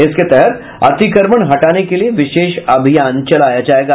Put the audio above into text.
इसके तहत अतिक्रमण हटाने के लिये विशेष अभियान चलाया जायेगा